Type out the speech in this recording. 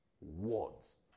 Words